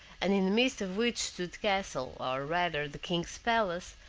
and in the midst of which stood the castle, or rather the king's palace,